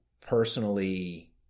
personally